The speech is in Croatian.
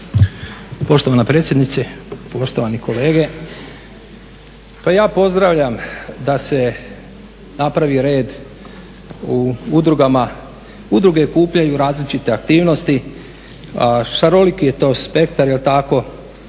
Poštovana predsjednice, poštovani kolege. Pa ja pozdravljam da se napravi red u udrugama, udruge … različite aktivnosti, šaroliki je to spektar, jel tako,